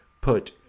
put